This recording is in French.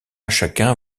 chacun